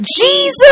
Jesus